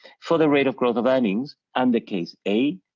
for the rate of growth of earnings and the case a,